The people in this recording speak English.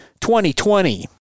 2020